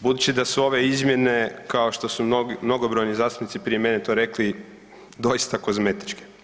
budući da su ove izmjene kao što su mnogobrojni zastupnici prije mene to rekli doista kozmetički.